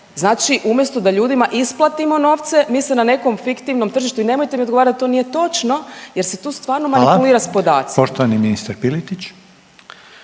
Znači umjesto da ljudima isplatimo novce mi se na nekom fiktivnom tržištu i nemojte mi odgovarati to nije točno, jer se tu stvarno manipulira sa podacima. **Reiner, Željko